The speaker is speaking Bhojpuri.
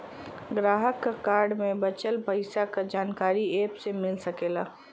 ग्राहक क कार्ड में बचल पइसा क जानकारी एप से मिल सकला